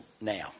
now